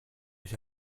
ich